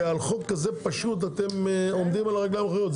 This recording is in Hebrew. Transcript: על חוק כזה פשוט אתם עומדים על הרגליים האחוריות.